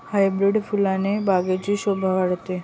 hybrid फुलाने बागेची शोभा वाढते